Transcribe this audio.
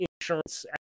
insurance